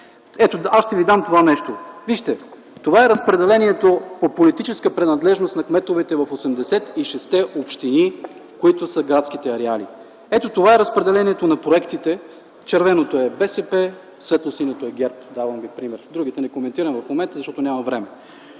ламинирана цветна графика.) Вижте, това е разпределението по политическа принадлежност на кметовете в 86-те общини, които са в градските ареали. Ето това е разпределението на проектите – в червено е БСП, в светло синьо е ГЕРБ. Давам Ви пример, другите не коментирам в момента, защото нямам време.